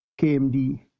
KMD